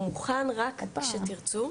הוא מוכן, רק כשתרצו.